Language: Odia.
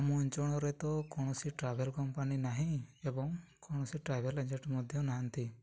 ଆମ ଅଞ୍ଚଳରେ ତ କୌଣସି ଟ୍ରାଭେଲ୍ କମ୍ପାନୀ ନାହିଁ ଏବଂ କୌଣସି ଟ୍ରାଭେଲ୍ ଏଜେଣ୍ଟ୍ ମଧ୍ୟ ନାହାନ୍ତି